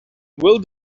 will